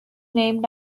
named